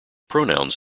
pronouns